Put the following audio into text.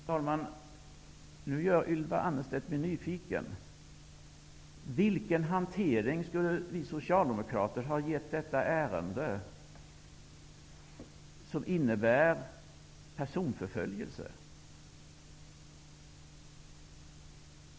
Fru talman! Nu gör Ylva Annerstedt mig nyfiken. Vilken hantering av detta ärende skulle vi socialdemokrater ha gett som innebär personförföljelse?